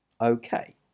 Okay